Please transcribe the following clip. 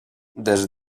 des